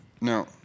Now